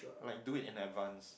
like do it in advanced